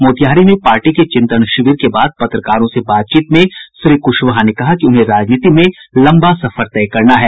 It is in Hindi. मोतिहारी में पार्टी के चिंतन शिविर के बाद पत्रकारों से बातचीत में श्री कुशवाहा ने कहा कि उन्हें राजनीति में लंबा सफर तय करना है